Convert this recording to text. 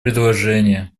предложения